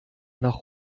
nach